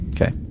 Okay